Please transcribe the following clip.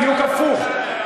בדיוק הפוך.